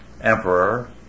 emperor